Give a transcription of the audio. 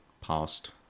past